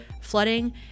flooding